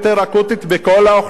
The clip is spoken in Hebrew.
בכל האוכלוסייה,